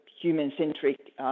human-centric